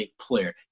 player